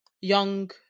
young